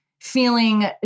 feeling